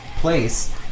place